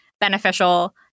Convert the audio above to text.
beneficial